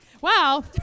Wow